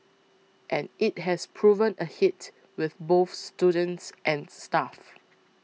and it has proven a hit with both students and staff